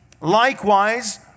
Likewise